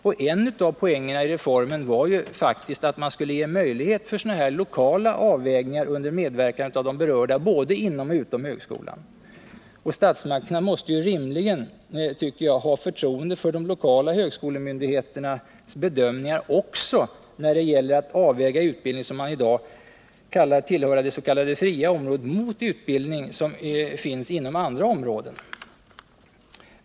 Och en av poängerna i reformen var ju faktiskt att man skulle ge möjlighet för sådana lokala avvägningar under medverkan av berörda både inom och utom högskolan. Statsmakterna måste rimligen, tycker jag, ha förtroende för de lokala högskolemyndigheternas bedömningar också när det gäller att avväga utbildning som i dag tillhör det s.k. fria området mot utbildning inom andra områden.